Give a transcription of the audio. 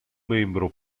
membro